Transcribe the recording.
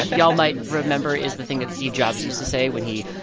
y'all might remember is the thing that steve jobs used to say when he,